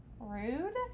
Rude